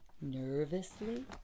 Nervously